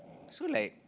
so like